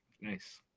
nice